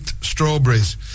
strawberries